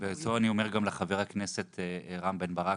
ואת זה אני אומר גם לחבר הכנסת רם בן ברק,